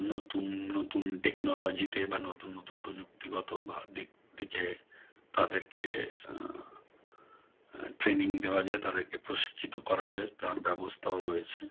নতুন নতুন টেকনোলজিতে বা নতুন নতুন প্রযুক্তিগত বা দিক দিকে তাদেরকে ট্রেনিং দেওয়া যায় তাদেরকে প্রশিক্ষিত করা যায় তার ব্যবস্থাও রয়েছে